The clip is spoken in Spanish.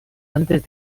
antes